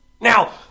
Now